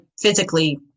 physically